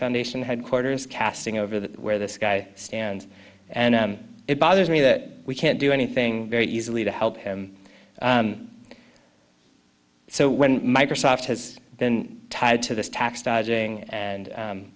foundation headquarters casting over the where this guy stands and it bothers me that we can't do anything very easily to help him so when microsoft has been tied to this tax dodging and